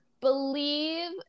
believe